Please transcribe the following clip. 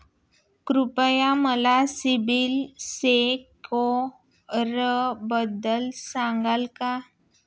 कृपया मला सीबील स्कोअरबद्दल सांगाल का?